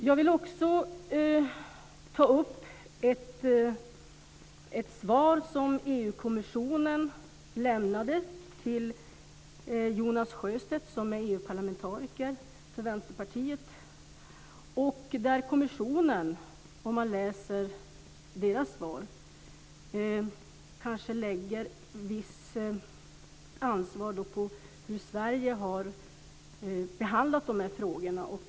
Jag vill också ta upp ett svar som EG kommissionen lämnade till Jonas Sjöstedt som är EU parlamentariker för Vänsterpartiet. Om man läser svaret kan man se att kommissionen kanske lägger ett visst ansvar på Sverige för hur man har behandlat de här frågorna.